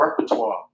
repertoire